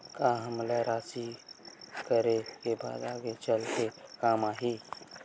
का हमला राशि करे के बाद आगे चल के काम आही?